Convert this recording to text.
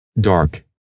dark